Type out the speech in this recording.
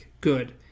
Good